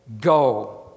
Go